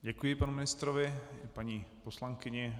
Děkuji panu ministrovi i paní poslankyni.